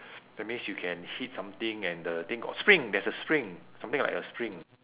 that means you can hit something and the thing got spring there's a spring something like a spring